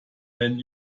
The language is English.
than